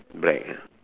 black ah